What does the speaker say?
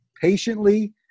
patiently